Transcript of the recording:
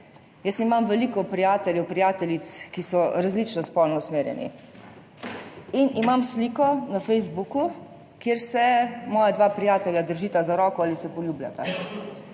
Jaz imam veliko prijateljev, prijateljic, ki so različno spolno usmerjeni in imam sliko na Facebooku, kjer se moja dva prijatelja držita za roko ali se poljubljata.